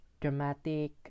dramatic